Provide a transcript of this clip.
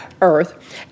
earth